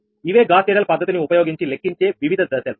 ఇవే Gauss Seidel పద్ధతిని ఉపయోగించి లెక్కించే వివిధ దశలు